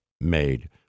made